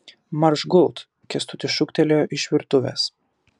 marš gult kęstutis šūktelėjo iš virtuvės